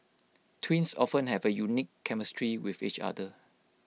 twins often have A unique chemistry with each other